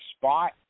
spot